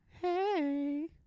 Hey